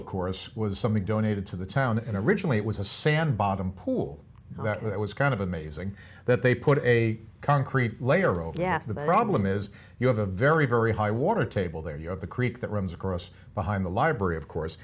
of course was something donated to the town and originally it was a sand bottom pool that it was kind of amazing that they put a concrete layer over yes the problem is you have a very very high water table there you have the creek that runs across behind the library of course